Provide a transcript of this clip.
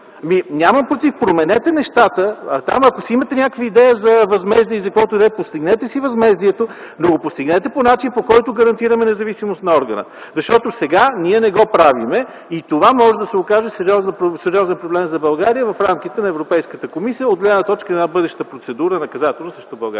Нямам против, променете нещата. А ако си имате някаква идея за възмездие за каквото и да е – постигнете си възмездието, но го постигнете по начин, по който гарантираме независимост на органа. Защото сега ние не го правим. Това може да се окаже сериозен проблем за България в рамките на Европейската комисия от гледна точка на бъдеща наказателна процедура срещу България.